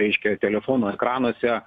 reiškia telefonų ekranuose